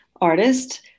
artist